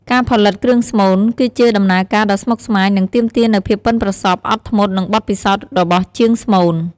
ការផលិតគ្រឿងស្មូន គឺជាដំណើរការដ៏ស្មុគស្មាញ និងទាមទារនូវភាពប៉ិនប្រសប់ អត់ធ្មត់ និងបទពិសោធន៍របស់ជាងស្មូន។